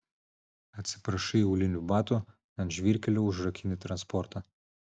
atsiprašai aulinių batų ant žvyrkelio užrakini transportą